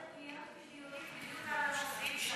קיימתי דיונים בדיוק על הנושאים שהעלית.